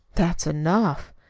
that's enough.